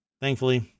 Thankfully